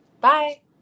Bye